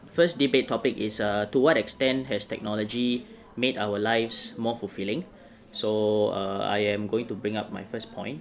first debate topic is uh to what extent has technology made our lives more fulfilling so err I am going to bring up my first point